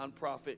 nonprofit